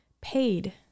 paid